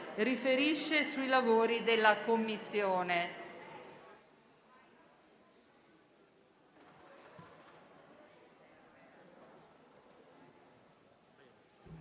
riferire sui lavori della Commissione.